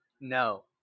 No